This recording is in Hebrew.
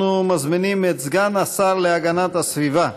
אנחנו מזמינים את סגן השר להגנת הסביבה